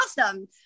awesome